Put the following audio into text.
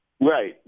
Right